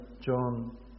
John